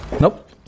nope